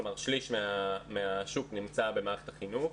כלומר, שליש מהשוק נמצא במערכת החינוך.